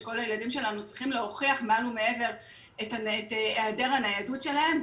שכל הילדים שלנו צריכים להוכיח מעל ומעבר את העדר הניידות שלהם,